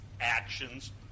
actions